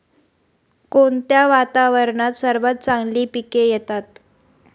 कोणत्या वातावरणात सर्वात चांगली पिके येतात?